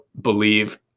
believe